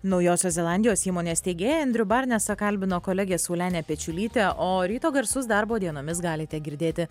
naujosios zelandijos įmonės steigėją endrių barnesą kalbino kolegė saulenė pečiulytė o ryto garsus darbo dienomis galite girdėti